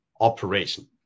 operation